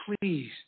Please